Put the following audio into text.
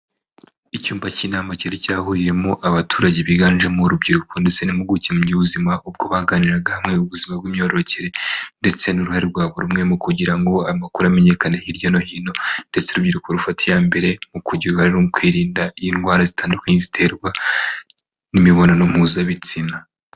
Icyumba cy'inama cyari cyahuriyemo abaturage biganjemo urubyiruko ndetse n'impuguke mu by'ubuzima, ubwo baganiraga hamwe ubuzima bw'imyororokere ndetse n'uruhare rwa buri umwe mu kugira ngo amakuru amenyekane hirya no hino ndetse n'urubyiruko rufata iya mbere mu kugira uruhare mu kwirinda indwara zitandukanye, ziterwa n'imibonano mpuzabitsina.